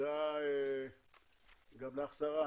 תודה גם לך שרה.